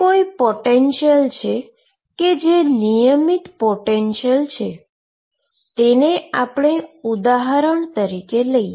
કોઈ પોટેંશીઅલ છે કે જે નિયમિત પોટેંશીઅલ છે તેને આપણે ઉદાહરણ તરીકે લઈએ